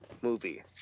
movie